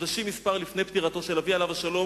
חודשים מספר לפני פטירתו של אבי עליו השלום,